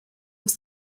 was